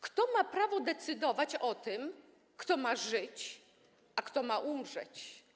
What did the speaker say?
Kto ma prawo decydować o tym, kto ma żyć, a kto ma umrzeć?